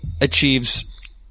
achieves